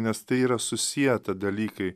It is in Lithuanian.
nes tai yra susieta dalykai